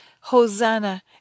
Hosanna